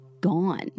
gone